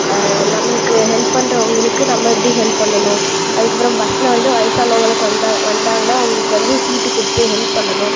நம்மளுக்கு ஹெல்ப் பண்ணுறவங்களுக்கு நம்ம எப்படி ஹெல்ப் பண்ணணும் அதுக்கப்புறம் பஸ்சில் வந்து வயதானவங்களுக்கு வந்தால் வந்தாங்கன்னால் அவங்களுக்கு வந்து சீட்டு கொடுத்து ஹெல்ப் பண்ணணும்